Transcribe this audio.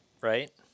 right